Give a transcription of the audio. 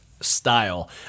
style